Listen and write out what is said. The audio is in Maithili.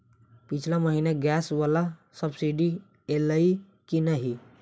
पिछला महीना गैस वला सब्सिडी ऐलई की नहि?